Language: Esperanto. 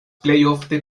plejofte